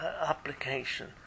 application